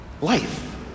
life